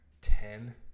ten